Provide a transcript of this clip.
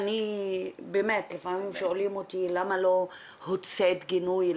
באמת לפעמים שואלים אותי למה לא הוצאת גינוי,